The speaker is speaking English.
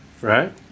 right